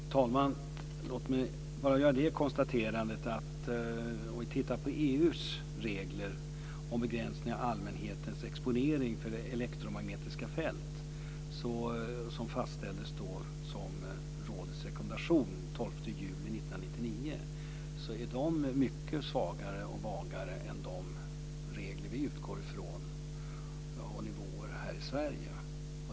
Fru talman! Låt mig bara göra konstaterandet att EU:s regler om begränsning av allmänhetens exponering för elektromagnetiska fält, som fastställdes som rådets rekommendation den 12 juni 1999, är mycket svagare och vagare än de regler och nivåer som vi utgår från här i Sverige.